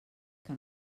que